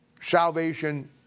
salvation